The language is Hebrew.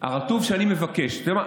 הרטוב שאני מבקש, אתה יודע מה?